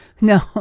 no